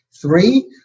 Three